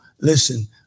listen